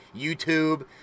YouTube